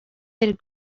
del